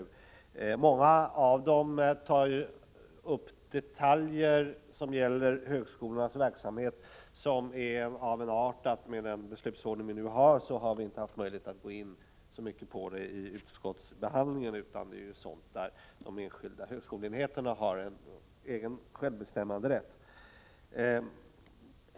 I många motioner behandlas detaljer i högskolornas verksamhet vilka är av den art att vi med den nu gällande beslutsordningen inte haft möjlighet att gå in närmare på dem i utskottsbehandlingen, eftersom de enskilda högskoleenheterna i sådana frågor har självbestämmanderätt.